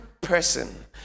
person